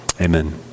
Amen